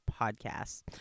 podcasts